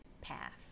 path